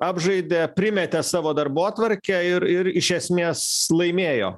apžaidė primetė savo darbotvarkę ir ir iš esmės laimėjo